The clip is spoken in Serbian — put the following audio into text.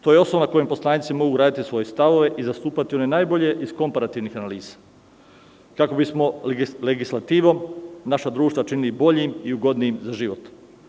To je osnova na kojoj poslanici mogu izgraditi svoje stavove i zastupati one najbolje iz komparativnih analiza kako bismo legislativom naša društva učinili boljim i ugodnijim za život.